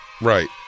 Right